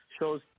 Shows